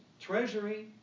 Treasury